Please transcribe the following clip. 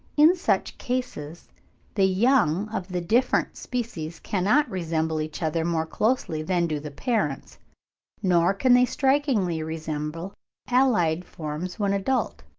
in such cases the young of the different species cannot resemble each other more closely than do the parents nor can they strikingly resemble allied forms when adult.